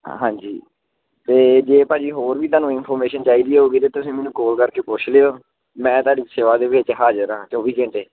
ਹਾਂਜੀ ਅਤੇ ਜੇ ਭਾਅ ਜੀ ਹੋਰ ਵੀ ਤੁਹਾਨੂੰ ਇਨਫੋਰਮੇਸ਼ਨ ਚਾਹੀਦੀ ਹੋਵੇਗੀ ਤਾਂ ਤੁਸੀਂ ਮੈਨੂੰ ਕਾਲ ਕਰਕੇ ਪੁੱਛ ਲਿਓ ਮੈਂ ਤੁਹਾਡੀ ਸੇਵਾ ਦੇ ਵਿੱਚ ਹਾਜ਼ਰ ਹਾਂ ਚੌਵੀ ਘੰਟੇ